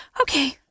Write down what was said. Okay